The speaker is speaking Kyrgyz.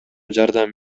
жардам